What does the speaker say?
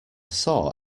saw